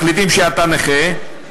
מחליטים שאתה נכה,